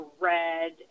red